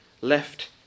left